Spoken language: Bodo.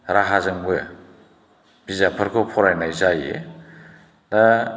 राहाजोंबो बिजाबफोरखौ फरायनाय जायो दा